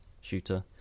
shooter